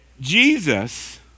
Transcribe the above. Jesus